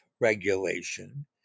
regulation